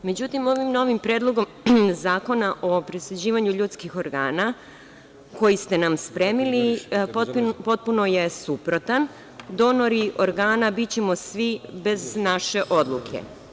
Međutim, ovim novim Predlogom zakona o presađivanju ljudskih organa koji ste nam spremili potpuno je suprotan i donori organa bićemo svi bez naše odluke.